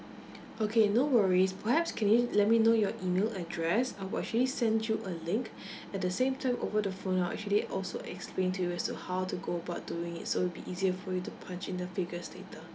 okay no worries perhaps can you let me know your email address I will actually send you a link at the same time over the phone I'll actually also explain to you as to how to go about doing it so will be easier for you to punch in the figures later